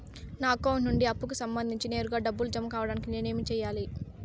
నా అకౌంట్ నుండి అప్పుకి సంబంధించి నేరుగా డబ్బులు జామ కావడానికి నేను ఏమి సెయ్యాలి?